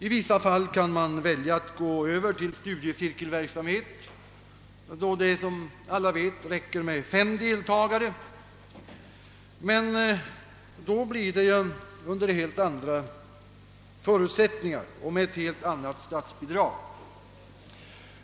I vissa fall kan man välja att gå över till studiecirkelverksamhet då det, som alla vet, räcker med fem deltagare, men då blir det under helt andra förutsättningar och med ett helt annat statsbidrag.